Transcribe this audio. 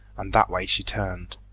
and that way she turned.